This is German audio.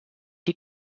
die